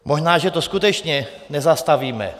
Možná, že to skutečně nezastavíme.